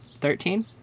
Thirteen